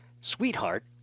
Sweetheart